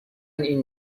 این